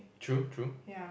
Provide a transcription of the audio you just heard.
true true